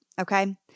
okay